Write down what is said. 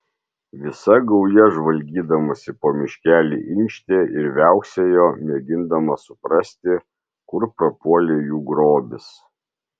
visa gauja žvalgydamasi po miškelį inkštė ir viauksėjo mėgindama suprasti kur prapuolė jų grobis